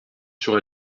sur